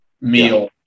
meal